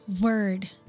word